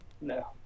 No